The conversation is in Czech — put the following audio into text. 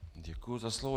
Děkuji za slovo.